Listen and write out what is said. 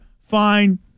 Fine